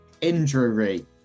Injury